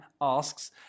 asks